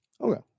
Okay